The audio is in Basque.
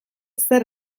zer